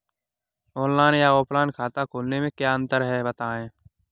Online या offline खाता खोलने में क्या अंतर है बताएँ?